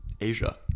Asia